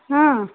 ಹ್ಞೂ